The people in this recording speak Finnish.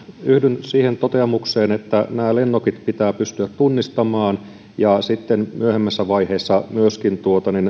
yhdyn siihen toteamukseen että nämä lennokit pitää pystyä tunnistamaan ja sitten myöhemmässä vaiheessa myöskin